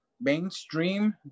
mainstream